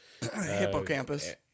Hippocampus